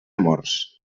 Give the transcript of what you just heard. amors